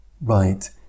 Right